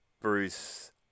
Bruce